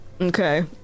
Okay